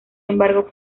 embargo